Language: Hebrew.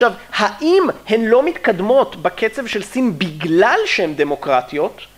טוב, האם הן לא מתקדמות בקצב של סין בגלל שהן דמוקרטיות?